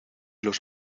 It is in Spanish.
los